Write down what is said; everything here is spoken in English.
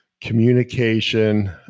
communication